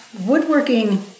Woodworking